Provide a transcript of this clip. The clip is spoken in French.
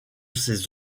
ses